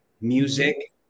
music